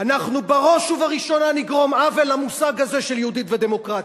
אנחנו בראש ובראשונה נגרום עוול למושג הזה של יהודית ודמוקרטית.